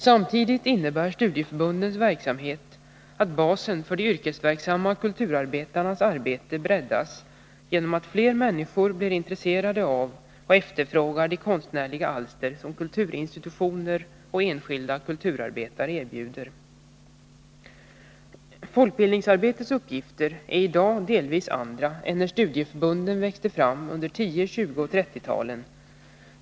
Samtidigt innebär studieförbundens verksamhet att basen för de yrkesverksamma kulturarbetarnas arbete breddas, genom att flera människor blir intresserade av och efterfrågar de konstnärliga alster som kulturinstitutioner och enskilda kulturarbetare erbjuder. Folkbildningsarbetets uppgifter är i dag delvis andra än när studieförbunden växte fram under 1910-, 1920 och 1930-talen.